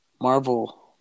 Marvel